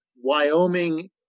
Wyoming